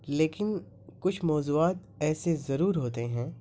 لیکن کچھ موضوعات ایسے ضرور ہوتے ہیں